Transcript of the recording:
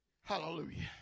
Hallelujah